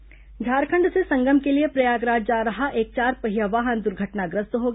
सड़क दुर्घटना झारखंड से संगम के लिए प्रयागराज जा रहा एक चारपहिया वाहन दुर्घटनाग्रस्त हो गया